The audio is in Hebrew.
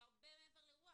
זה הרבה מעבר לרוח.